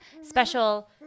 special